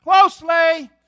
closely